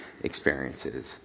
experiences